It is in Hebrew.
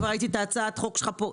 כבר ראיתי את הצעת החוק שלך פה.